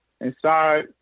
inside